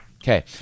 Okay